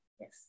Yes